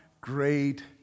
Great